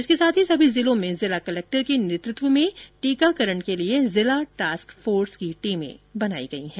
इसके साथ ही सभी जिलों में जिला कलेक्टर के नेतृत्व में टीकाकरण के लिए जिला टास्क फोर्स की टीमें बनाई गई हैं